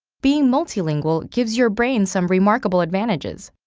being multilingual gives your brain some remarkable advantages.